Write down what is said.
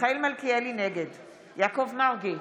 נגד יעקב מרגי,